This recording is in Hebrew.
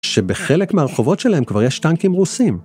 שבחלק מהרחובות שלהם כבר יש טנקים רוסים.